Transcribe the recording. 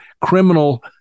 criminal